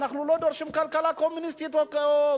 אנחנו לא דורשים כלכלה קומוניסטית או סוציאליסטית.